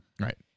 Right